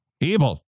evil